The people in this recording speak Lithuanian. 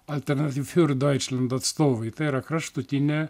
alternativ fiur doičlend atstovai tai yra kraštutinė